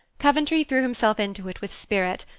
coventry threw himself into it with spirit,